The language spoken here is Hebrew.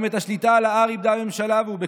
גם את השליטה על ה-R איבדה הממשלה והוא,